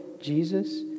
Jesus